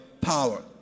power